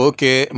Okay